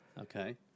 Okay